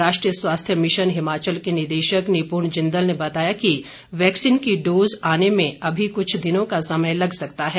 राष्ट्रीय स्वास्थ्य मिशन हिमाचल के निदेशक निप्ण जिंदल ने बताया कि वैक्सीन की डोज आने में अभी कुछ दिनों का समय लग सकता है